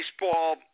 baseball